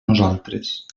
nosaltres